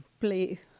play